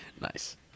Nice